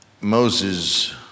Moses